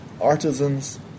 Artisans